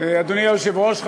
אדוני היושב-ראש,